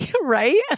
Right